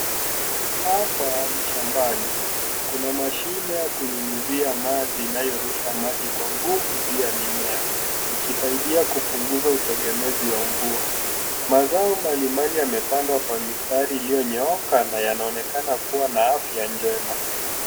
Hapa ni shambani. Kuna mashine ya kunyunyizia maji inayorusha maji kwa nguvu juu ya mimea ikisaidia kupunguza utegemezi wa mvua. Mazao mbalimbali yamepandwa kwa mistari iliyonyooka na yanaonekana kuwa na afya njema.